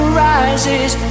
rises